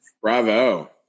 Bravo